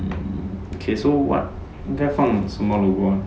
okay so what 应该放什么 logo ah